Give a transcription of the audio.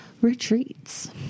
retreats